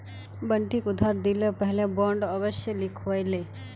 बंटिक उधार दि ल पहले बॉन्ड अवश्य लिखवइ ले